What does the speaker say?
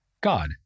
God